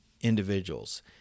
individuals